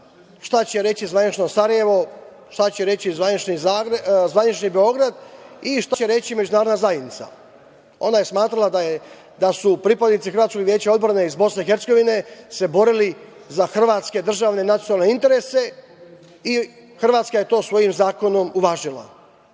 šta će reći Sarajevo, šta će reći zvanični Beograd i šta će reći međunarodna zajednica. Ona je smatrala da su pripadnici hrvatskog veća odbrane iz BiH se borili za hrvatske državne nacionalne interese i Hrvatska je to svojim zakonom uvažila. Treći